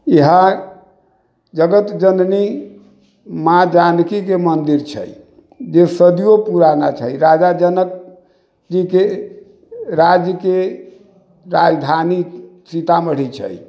इहाॅं जगत जननी माँ जानकीके मन्दिर छै जेकि सदियों पुराना छै राजा जनक जीके राज्यके राजधानी सीतामढ़ी छै